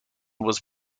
was